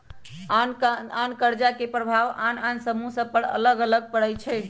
आन आन कर्जा के प्रभाव आन आन समूह सभ पर अलग अलग पड़ई छै